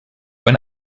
when